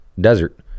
desert